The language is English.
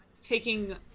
taking